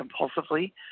compulsively